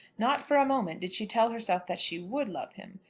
not for a moment did she tell herself that she would love him.